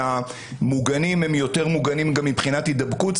שהמוגנים הם יותר מוגנים גם מבחינת הידבקות.